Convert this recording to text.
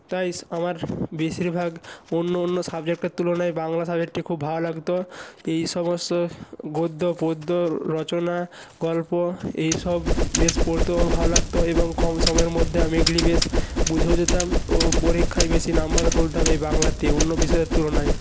তাই আমার বেশিরভাগ অন্য অন্য সাবজেক্টের তুলনায় বাংলা সাবজেক্টটি খুব ভালো লাগত এই সমস্ত গদ্য পদ্য রচনা গল্প এই সব বেশ পড়তেও আমার ভালো লাগত এবং কম সময়ের মধ্যে আমি এগুলি বেশ বুঝেও যেতাম ও পরীক্ষায় বেশি নাম্বারও তুলতাম এই বাংলাতে অন্য বিষয়ের তুলনায়